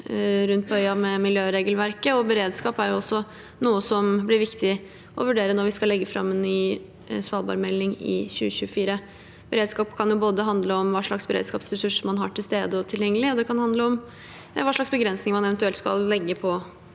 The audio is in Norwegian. rundt på øya og miljøregelverket. Beredskap er også noe som blir viktig å vurdere når vi skal legge fram en ny svalbardmelding i 2024. Beredskap kan både handle om hva slags beredskapsressurser som er til stede og tilgjengelig, og det kan handle om hva slags begrensninger man eventuelt skal legge på